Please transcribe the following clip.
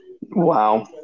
Wow